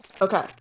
Okay